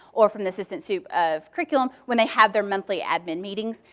or from the assistant sup of curriculum. when they have their monthly admin meetings,